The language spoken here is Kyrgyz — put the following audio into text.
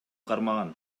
кармаган